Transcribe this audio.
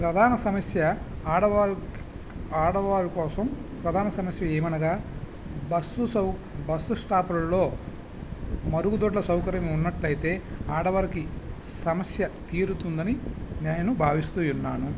ప్రధాన సమస్య ఆడవారి ఆడవారి కోసం ప్రధాన సమస్య ఏమనగా బస్సు సౌక బస్సు స్టాపులలో మరుగు దొడ్ల సౌకర్యం ఉన్నట్టు అయితే ఆడవారికి సమస్య తీరుతుంది అని నేను భావిస్తు ఉన్నాను